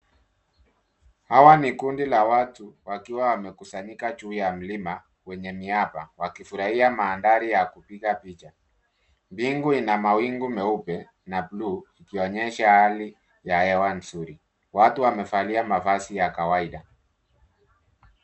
Hawa ni kundi la watu, wakiwa wamekusanyika juu ya mlima, wenye miamba, wakifurahia mandhari ya kupiga picha. Mbingi ina mawingu meupe, na blue ikionyesha hali ya hewa nzuri, watu wamevalia mavazi ya kawaida.